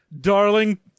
darling